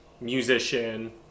musician